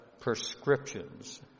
prescriptions